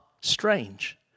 strange